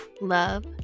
love